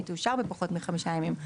היא תאושר בפחות מחמישה ימים.